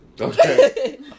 Okay